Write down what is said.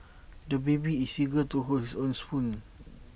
the baby is eager to hold his own spoon